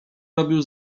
robił